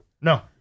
no